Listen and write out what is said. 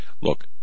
Look